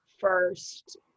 first